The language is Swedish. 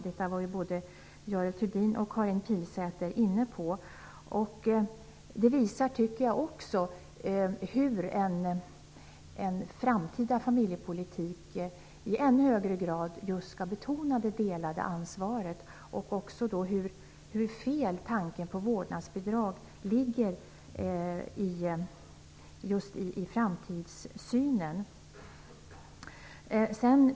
Detta var både Görel Thurdin och Karin Pilsäter inne på. Det visar också hur en framtida familjepolitik i ännu högre grad just skall betona det delade ansvaret och hur fel tanken på vårdnadsbidrag ligger i framtidssynen.